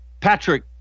Patrick